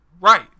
Right